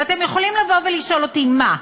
ואתם יכולים לשאול אותי: מה,